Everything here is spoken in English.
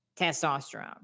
testosterone